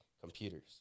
computers